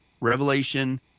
Revelation